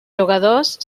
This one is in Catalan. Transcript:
jugadors